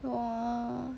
!wah!